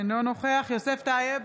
אינו נוכח יוסף טייב,